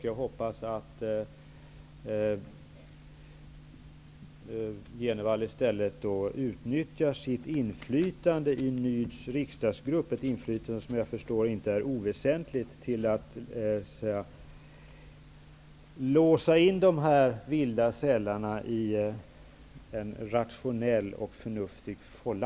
Jag hoppas att Jenevall i stället utnyttjar sitt inflytande i nyd:s riksdagsgrupp, ett inflytande som jag förstår inte är oväsentligt, till att så att säga låsa in de vilda sällarna i en rationell och förnuftig fålla.